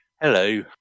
Hello